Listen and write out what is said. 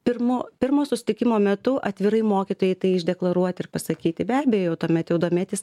pirmo pirmo susitikimo metu atvirai mokytojai tai deklaruot ir pasakyti be abejo tuomet jau domėtis